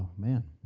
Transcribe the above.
man,